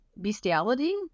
bestiality